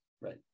Right